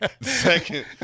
Second